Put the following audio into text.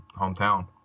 hometown